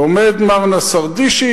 ועומד מר נסרדישי,